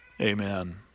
Amen